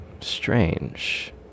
strange